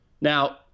Now